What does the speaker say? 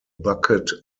bucket